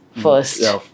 first